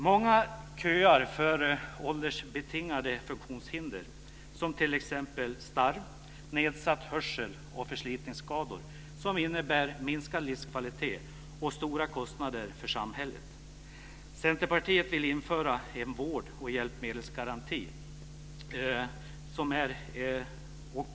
Många köar för åldersbetingade funktionshinder, t.ex. starr, nedsatt hörsel och förslitningsskador som innebär minskad livskvalitet och stora kostnader för samhället. Centerpartiet vill införa en vård och hjälpmedelsgaranti.